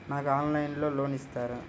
నాకు ఆన్లైన్లో లోన్ ఇస్తారా?